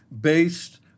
based